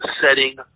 setting